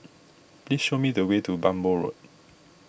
please show me the way to Bhamo Road